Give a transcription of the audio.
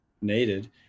needed